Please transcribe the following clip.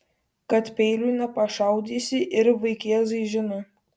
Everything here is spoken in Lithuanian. kad peiliu nepašaudysi ir vaikėzai žino